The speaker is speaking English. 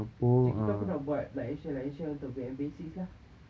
macam gitu aku nak buat like and share like and share untuk bedandbasics lah